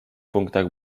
punktach